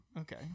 Okay